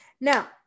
Now